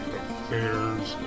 affairs